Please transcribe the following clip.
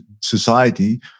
society